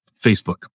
Facebook